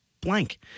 blank